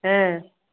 ஆ